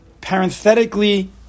Parenthetically